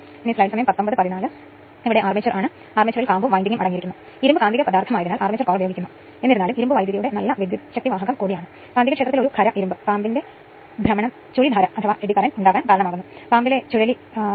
ഇപ്പോൾ ട്രാൻസ്ഫോർമറിന്റെ 2 വൈൻഡിങ് അനുക്രമത്തിൽ ഘടിപ്പിച്ചിട്ടുള്ളതിനാൽ ഓട്ടോ ട്രാൻസ്ഫോർമറായി രൂപം കൊള്ളുന്നു സാധ്യമായ വോൾട്ടേജ് അനുപാതവും കണ്ടെത്തുക